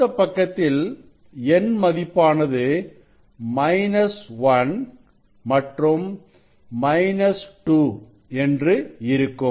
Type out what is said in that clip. அடுத்த பக்கத்தில் n மதிப்பானது 1 மற்றும் 2 என்று இருக்கும்